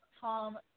Tom